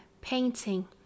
painting